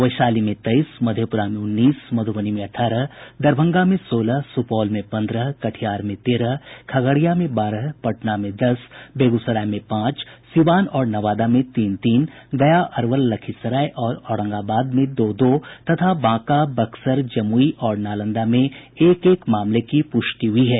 वैशाली में तेईस मधेप्रा में उन्नीस मध्रबनी में अठारह दरभंगा में सोलह सुपौल में पन्द्रह कटिहार में तेरह खगड़िया में बारह पटना में दस बेगूसराय में पांच सीवान और नवादा में तीन तीन गया अरवल लखीसराय और औरंगाबाद में दो दो तथा बांका बक्सर जमुई और नालंदा में एक एक मामले की पूष्टि हुई है